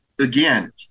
again